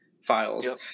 files